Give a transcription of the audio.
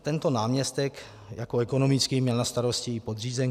Tento náměstek jako ekonomický měl na starosti i podřízenky.